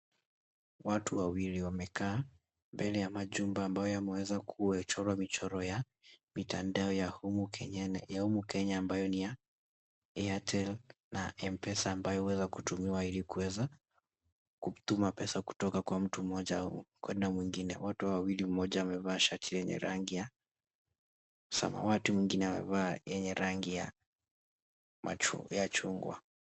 Watu wawili wamekaa mbele ya machumba ambayo yameweza kuchorwa michoro ya mitandao ya humu Kenya ambayo ni ya Airtel na Mpesa ambayo pesa unaweza kutumiwa ili kuweza kutuma pesa kutoka kwa mtu mmoja kwenda mwingine. Watu hawa wawili, mmoja amevaa shati yenye rangi ya samawati mwingine amevaa yenye rangi ya Chungwa.